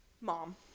Mom